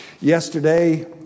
Yesterday